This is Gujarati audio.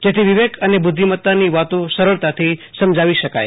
જેથી વિવેક અને બુદ્વિમતાની વાતો સરળતાથી સમજાવી શકાય